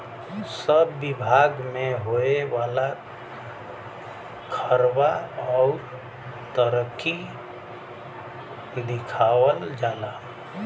सब बिभाग मे होए वाला खर्वा अउर तरक्की दिखावल जाला